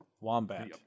Wombat